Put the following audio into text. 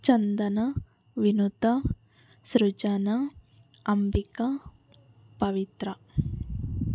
Chandana Vinutha Srujana Ambika Pavithra